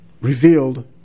revealed